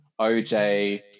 OJ